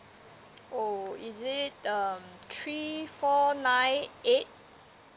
oh is it um three four nine eight